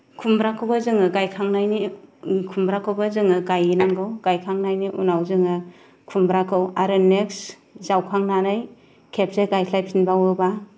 खुमब्राखौबो जों गायखांनायनि खुमब्राखौबो जों गायनांगौ गायखांनायनि उनाव जोङो आरो नेक्स्ट जावखांनानै खेबसे गायस्लायफिनबावोब्ला